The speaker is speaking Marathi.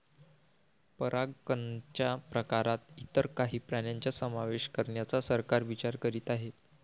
परागकणच्या प्रकारात इतर काही प्राण्यांचा समावेश करण्याचा सरकार विचार करीत आहे